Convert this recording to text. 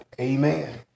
amen